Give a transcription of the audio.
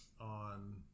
on